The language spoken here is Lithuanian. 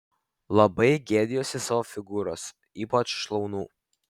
labai gėdijuosi savo figūros ypač šlaunų